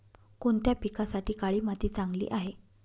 कोणत्या पिकासाठी काळी माती चांगली आहे?